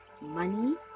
money